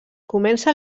comença